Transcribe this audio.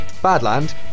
Badland